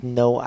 no